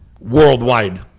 worldwide